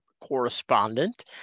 correspondent